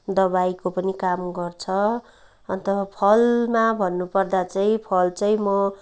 दबाईको पनि काम गर्छ अन्त फलमा भन्नु पर्दा चाहिँ फल चाहिँ म